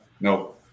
no